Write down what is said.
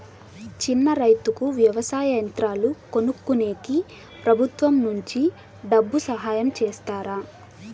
చిన్న రైతుకు వ్యవసాయ యంత్రాలు కొనుక్కునేకి ప్రభుత్వం నుంచి డబ్బు సహాయం చేస్తారా?